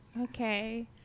Okay